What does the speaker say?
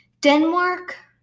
Denmark